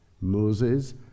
Moses